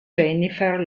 jennifer